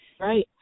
Right